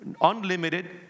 Unlimited